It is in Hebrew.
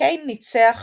קין ניצח